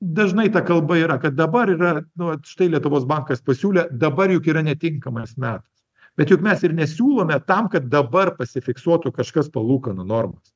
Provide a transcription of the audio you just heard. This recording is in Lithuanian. dažnai ta kalba yra kad dabar yra nu vat štai lietuvos bankas pasiūlė dabar juk yra netinkamas metas bet juk mes ir nesiūlome tam kad dabar pasifiksuotų kažkas palūkanų normas